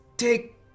Take